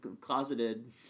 closeted